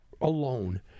alone